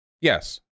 Yes